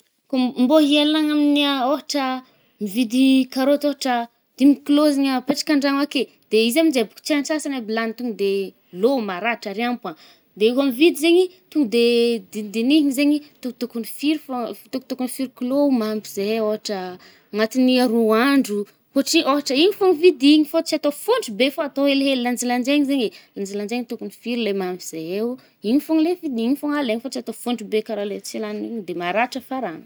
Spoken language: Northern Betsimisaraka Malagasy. Kô mbô hialagna amin’ny, ôhatra mividy karôty ôhatra dimy kilô zaigny apetraka an-dragno ake, de izy aminje bôko tsy antsasany aby lagny to de lô maratra ariagn-mpoà. De koà mividy zaigny i, to de dinidinihigny zaigny to-tôkogny firy fô to-tôkogny firy kilo mahampy zahay ôhatra agnatin’ny roa andro, hôtri-ôhatra i fôgnavidigny fô tsy atô fontry be fô atô helihely, lanjalanjaigny zaigny e. lanjalanjaigny tôkogny firy le mahampy zahaio, igny fôgna le vidigny fô alaigna fô tsy atô fontry be karaha le tsy lagny igny de maratra farahagny.